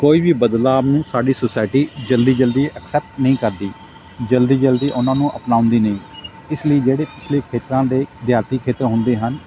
ਕੋਈ ਵੀ ਬਦਲਾਅ ਨੂੰ ਸਾਡੀ ਸੁਸਾਇਟੀ ਜਲਦੀ ਜਲਦੀ ਅਕਸੈਪਟ ਨਹੀਂ ਕਰਦੀ ਜਲਦੀ ਜਲਦੀ ਉਹਨਾਂ ਨੂੰ ਅਪਣਾਉਂਦੀ ਨਹੀਂ ਇਸ ਲਈ ਜਿਹੜੇ ਪਿਛਲੇ ਹਿੱਤਾਂ ਦੇ ਦਿਹਾਤੀ ਖੇਤਰ ਹੁੰਦੇ ਹਨ